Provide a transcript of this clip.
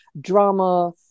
drama